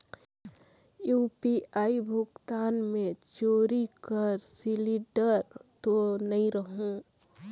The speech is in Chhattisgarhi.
यू.पी.आई भुगतान मे चोरी कर सिलिंडर तो नइ रहु?